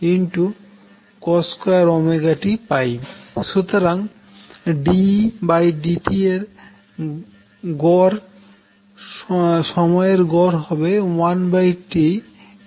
সুতরাং dEdt এর সময়ের গড় হবে 1T0TdEdt